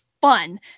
fun